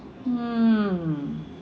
hmm